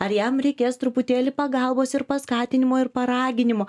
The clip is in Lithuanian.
ar jam reikės truputėlį pagalbos ir paskatinimo ir paraginimo